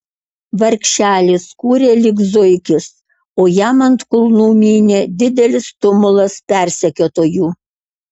vargšelis kūrė lyg zuikis o jam ant kulnų mynė didelis tumulas persekiotojų